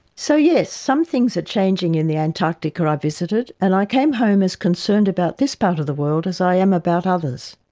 so yes, some things are changing in the antarctica i visited and i came home as concerned about this part of the world as i am about others.